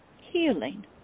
healing